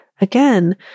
again